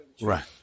Right